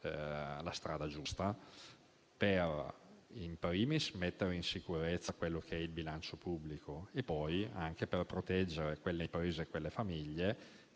la strada giusta *in primis* per mettere in sicurezza il bilancio pubblico e poi anche per proteggere quelle imprese e quelle famiglie